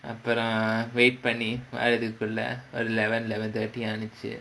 அப்புறம்:appuram wait பண்ணி வரதுக்குள்ள:panni varathukulla eleven eleven thirty ஆயிடுச்சு:aayiduchu